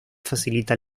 facilita